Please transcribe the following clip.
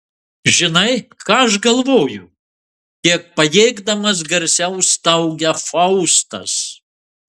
žinai ką aš galvoju kiek pajėgdamas garsiau staugia faustas